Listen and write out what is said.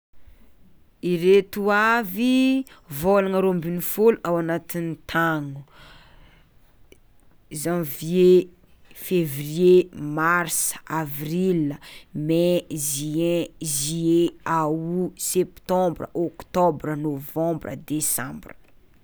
Ireto avy vôlagna roa amin'ny folo ao agnatin'ny taogno: zanvie, fevrie, marsa, avrila, mey, ziin, zie, ao, septambra, oktobra, novambra, desambra.